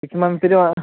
six മന്ത്സില്